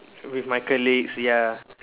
with my colleagues ya